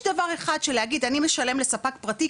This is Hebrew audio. יש דבר אחד של להגיד אני משלמת לספק פרטי,